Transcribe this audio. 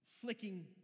flicking